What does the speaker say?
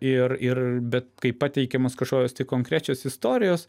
ir ir bet kai pateikiamos kažkokios konkrečios istorijos